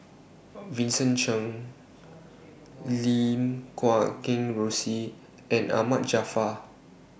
Vincent Cheng Lim Guat Kheng Rosie and Ahmad Jaafar